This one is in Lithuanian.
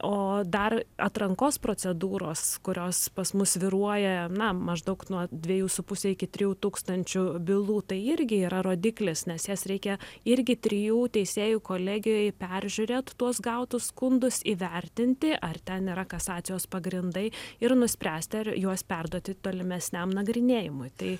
o dar atrankos procedūros kurios pas mus svyruoja na maždaug nuo dvejų su puse iki trijų tūkstančių bylų tai irgi yra rodiklis nes jas reikia irgi trijų teisėjų kolegijoj peržiūrėt tuos gautus skundus įvertinti ar ten yra kasacijos pagrindai ir nuspręsti ar juos perduoti tolimesniam nagrinėjimui tai